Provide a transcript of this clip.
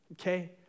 Okay